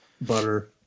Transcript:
butter